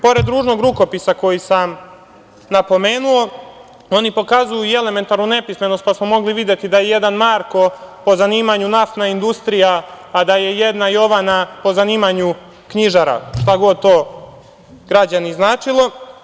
Pored ružnog rukopisa koji sam napomenuo, oni pokazuju i elementarnu nepismenost, pa smo mogli videti da je jedan Marko po zanimanju Naftna industrija, a da je jedna Jovana po zanimanju knjižara, šta god to, građani, značilo.